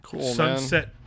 sunset